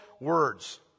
words